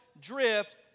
drift